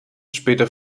später